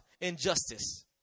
Injustice